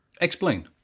explain